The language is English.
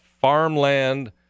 farmland